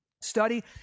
study